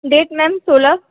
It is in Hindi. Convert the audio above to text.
डेट मैम सोलह